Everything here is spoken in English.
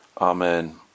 Amen